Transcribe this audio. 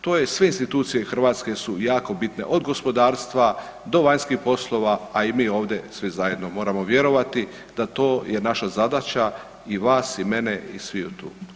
To je sve institucije hrvatske su jako bitne, od gospodarstva do vanjskih poslova, a i mi ovdje svi zajedno moramo vjerovati da to je naša zadaća i vas i mene i sviju tu.